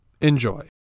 Enjoy